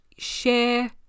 Share